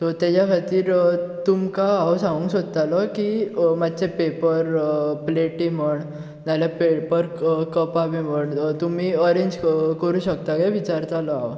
so ताज्या खातीर तुमकां हांव सांगूंक सोदतालों की मातशे पेपर प्लेटी म्हूण ना जाल्यार पेपर कपां बी म्हूण तुमी अरेंज करूं शकता काय विचारतालो हांव